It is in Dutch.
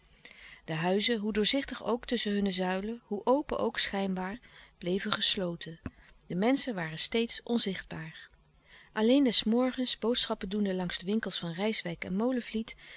de huizen hoe doorzichtig ook tusschen hunne zuilen hoe open ook schijnbaar bleven gesloten de menschen waren steeds onzichtbaar alleen des morgens boodschappen doende langs de winkels van rijswijk en molenvliet